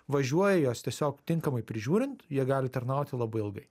važiuoja juos tiesiog tinkamai prižiūrint jie gali tarnauti labai ilgai